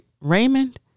Raymond